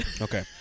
Okay